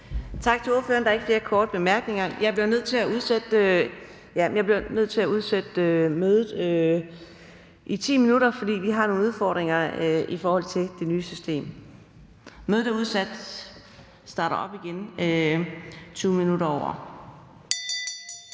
Tak til ordføreren. Der er ikke flere korte bemærkninger. Jeg bliver nødt til at udsætte mødet i 10 minutter, fordi vi har nogle udfordringer med det nye system. Mødet starter op igen kl.